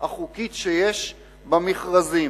החוקית שיש במכרזים.